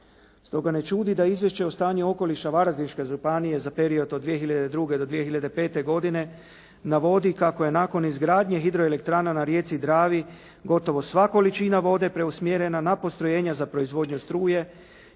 Stoga ne čudi da izvješće o stanju okoliša Varaždinske županije za period od 2002. do 2005. godine navodi kako je nakon izgradnje hidroelektrana na rijeci Dravi gotovo sva količina voda preusmjerena na postrojenja za proizvodnju struje